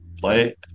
play